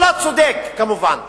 הוא לא צודק, כמובן,